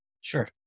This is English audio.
Sure